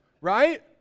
Right